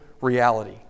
reality